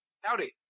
Howdy